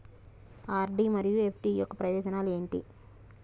RD మరియు FD యొక్క ప్రయోజనాలు ఏంటి?